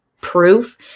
proof